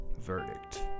verdict